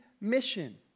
mission